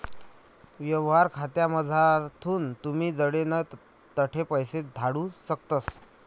यवहार खातामझारथून तुमी जडे नै तठे पैसा धाडू शकतस